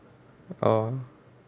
oh